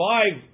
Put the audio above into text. Five